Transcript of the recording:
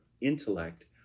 intellect